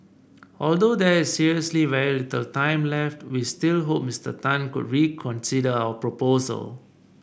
although there is seriously very little time left we still hope Mister Tan could reconsider our proposal